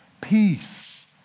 peace